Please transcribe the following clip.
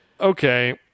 Okay